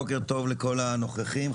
בוקר טוב לכל הנוכחים,